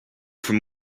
from